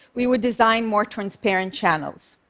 we would design more transparent channels.